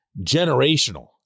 generational